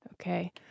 Okay